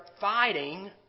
fighting